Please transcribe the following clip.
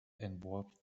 evolved